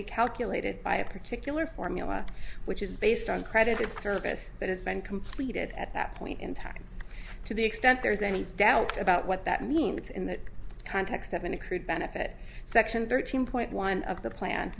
be calculated by a particular formula which is based on credit it's a service that has been completed at that point in time to the extent there is any doubt about what that means in the context of an accrued benefit section thirteen point one of the plan